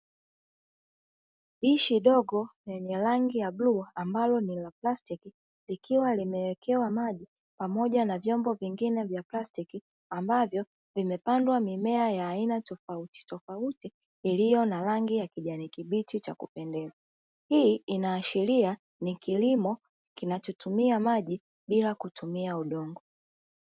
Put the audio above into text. Dishi dogo lenye rangi ya bluu, ambalo ni la plastiki, likiwa limewekewa maji pamoja na vyombo vingine vya plastiki, ambavyo vimepandwa mimea ya aina tofautitofauti iliyo na rangi ya kijani kibichi cha kupendeza. Hii inaashiria kuwa ni kilimo kinachotumia maji bila kutumia udongo.